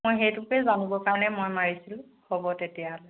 মই সেইটোকে জানিব কাৰণে মই মাৰিছিলোঁ হ'ব তেতিয়াহ'লে